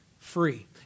free